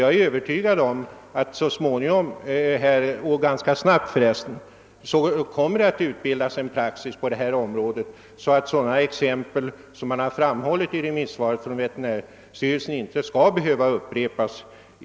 Jag är övertygad om att det så småningom, ganska snabbt för övrigt, kommer att utbildas en praxis på detta område, så att exempel som det man framhållit i remisssvaret från veterinärstyrelsen i framtiden inte skall behöva upprepas.